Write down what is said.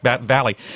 valley